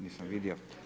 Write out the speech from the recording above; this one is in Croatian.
Nisam vidio.